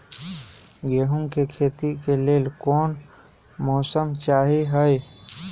गेंहू के खेती के लेल कोन मौसम चाही अई?